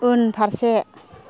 उनफारसे